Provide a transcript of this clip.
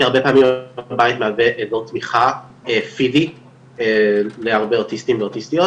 הרבה פעמים הבית מהווה אזור תמיכה פיזי להרבה אוטיסטים ואוטיסטיות